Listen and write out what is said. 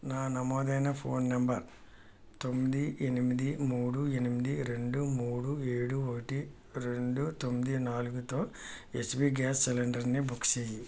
నా నమోదైన phone number తొమ్మిది ఎనిమిది మూడు ఎనిమిది రెండు మూడు ఏడు ఒకటి రెండు తొమ్మిది నాలుగుతో హెచ్పీ గ్యాస్ సిలిండర్ని బుక్ చేయి